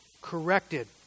corrected